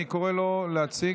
אני קורא לו להציג,